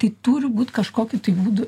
tai turi būt kažkokiu tai būdu